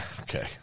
okay